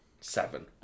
seven